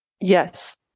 yes